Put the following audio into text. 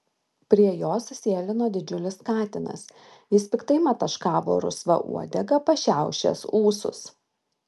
prie jos sėlino didžiulis katinas jis piktai mataškavo rusva uodega pašiaušęs ūsus